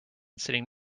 sitting